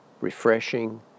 refreshing